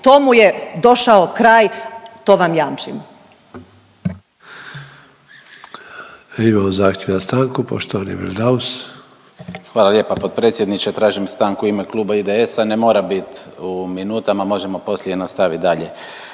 Tomu je došao kraj to vam jamčim.